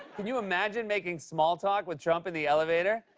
can you imagine making small talk with trump in the elevator?